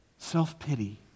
Self-pity